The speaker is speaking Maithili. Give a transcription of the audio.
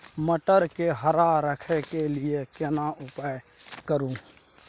मटर के हरा रखय के लिए केना उपाय करू?